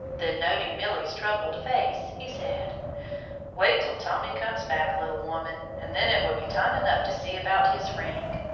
then, noting milly's troubled face, he said wait till tommy comes back, little woman, and then it will be time enough to see about his ring,